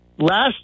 Last